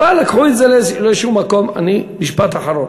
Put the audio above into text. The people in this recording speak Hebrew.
רק מה, לקחו את זה לאיזשהו מקום, משפט אחרון,